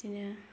बिदिनो